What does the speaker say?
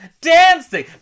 Dancing